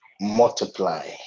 multiply